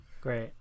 Great